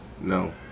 No